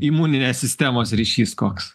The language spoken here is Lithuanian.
imuninės sistemos ryšys koks